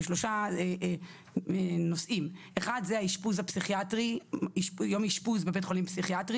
בשלושה נושאים: אחד זה יום אשפוז בבית חולים פסיכיאטרי